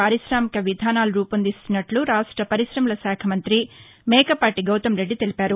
పార్రికామిక విధానాలు రూపొందిస్తున్నట్లు రాష్ట పర్కాశమల శాఖ మంత్రి మేకపాటి గౌతమ్రెడ్లి తెలిపారు